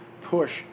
push